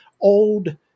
old